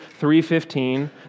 3.15